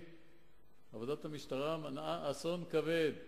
עבודת המשטרה מנעה אסון כבד,